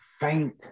faint